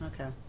Okay